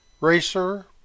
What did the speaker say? Racer